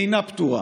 אינה פתורה.